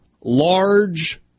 large